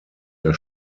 der